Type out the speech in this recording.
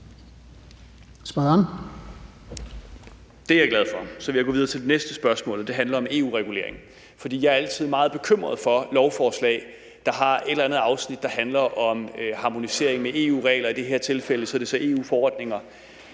Det er jeg glad for. Så vil jeg gå videre til det næste spørgsmål. Det handler om EU-regulering, for jeg er altid meget bekymret for lovforslag, der har et eller andet afsnit, der handler om harmonisering med EU-regler – i det her tilfælde er det så EU-forordninger